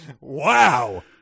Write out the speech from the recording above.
Wow